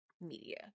media